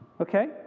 okay